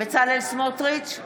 בצלאל סמוטריץ'